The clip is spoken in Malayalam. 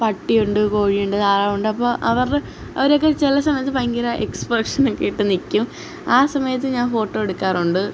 പട്ടി ഉണ്ട് കോഴി ഉണ്ട് താറാവുണ്ട് അപ്പോൾ അവരുടെ അവരെയൊക്കെ ചില സമയത്ത് ഭയങ്കര എക്സ്പ്രഷനൊക്കെ ഇട്ട് നിൽക്കും ആ സമയത്ത് ഞാൻ ഫോട്ടോ എടുക്കാറുണ്ട്